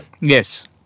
Yes